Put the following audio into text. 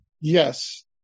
yes